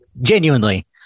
genuinely